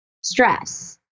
stress